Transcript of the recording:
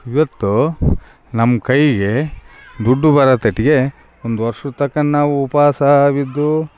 ಇವತ್ತೂ ನಮ್ಮ ಕೈಗೆ ದುಡ್ಡು ಬರತಟ್ಟಿಗೆ ಒಂದು ವರ್ಷತನಕ ನಾವು ಉಪವಾಸ ಬಿದ್ದು